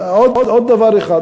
עוד דבר אחד,